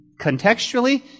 Contextually